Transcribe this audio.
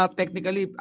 technically